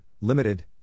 Limited